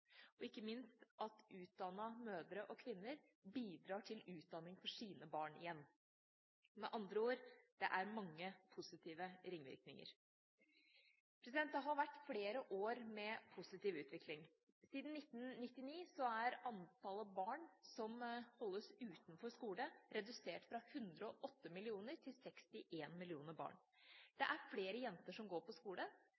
og ikke minst at utdannede mødre og kvinner bidrar til utdanning for sine barn igjen – med andre ord: Det er mange positive ringvirkninger. Det har vært flere år med positiv utvikling. Siden 1999 er antallet barn som holdes utenfor skole, redusert fra 108 millioner til 61 millioner.